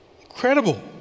Incredible